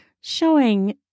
showing